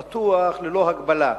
פתוח, ללא הגבלה.